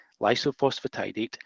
lysophosphatidate